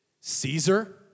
Caesar